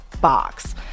Box